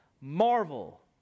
marvel